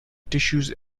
tissues